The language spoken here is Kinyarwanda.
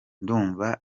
ndumva